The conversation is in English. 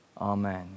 Amen